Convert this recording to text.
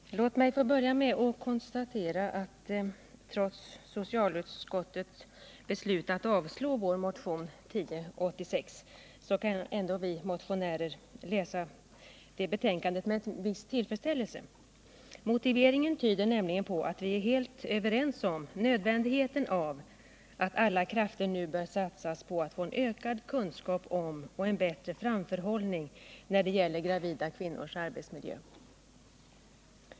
Herr talman! Låt mig få börja med att konstatera att vi motionärer, trots att socialutskottet beslutat sig för att avstyrka vår motion 1086, kan läsa betänkandet med en viss tillfredsställelse. Motiveringen tyder nämligen på att vi är helt överens om nödvändigheten av att alla krafter nu bör satsas på att få en ökad kunskap om och en bättre framförhållning när det gäller gravida kvinnors arbetsmiljö.